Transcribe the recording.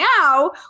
now